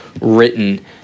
written